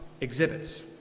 exhibits